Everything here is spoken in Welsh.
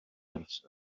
ers